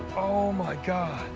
oh, my god.